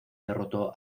derrotó